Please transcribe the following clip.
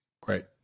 Great